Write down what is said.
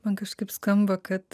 man kažkaip skamba kad